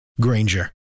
Granger